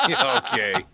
Okay